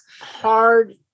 Hard